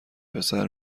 پسر